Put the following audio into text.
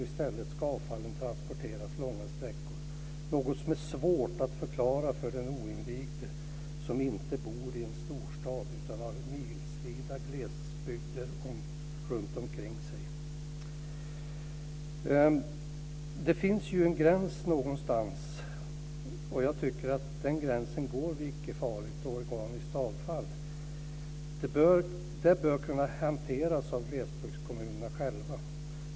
I stället ska avfall transporteras långa sträckor, något som är svårt att förklara för den oinvigde som inte bor i en storstad utan har milsvida glesbygder runtomkring sig. Någonstans finns en gräns. Jag tycker att den gränsen går vid icke farligt och organiskt avfall. Det bör kunna hanteras av glesbygdskommunerna själva.